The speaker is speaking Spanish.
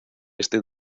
este